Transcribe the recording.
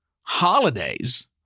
Holidays